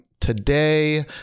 Today